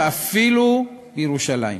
ואפילו ירושלים.